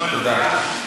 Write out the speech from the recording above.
תודה.